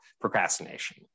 procrastination